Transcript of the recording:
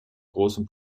großem